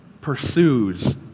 pursues